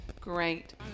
Great